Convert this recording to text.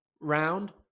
round